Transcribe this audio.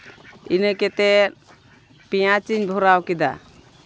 ᱤᱱᱟᱹ ᱠᱟᱛᱮᱫ ᱯᱮᱸᱭᱟᱡᱽ ᱤᱧ ᱵᱷᱚᱨᱟᱣ ᱠᱮᱫᱟ